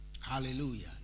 Hallelujah